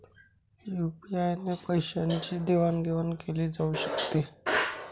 UPI ने पैशांची देवाणघेवाण केली जाऊ शकते